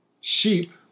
Sheep